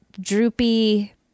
droopy